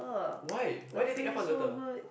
why why did you think Air-Force better